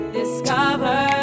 discover